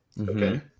Okay